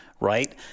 right